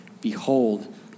Behold